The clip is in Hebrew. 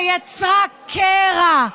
שיצרה קרע,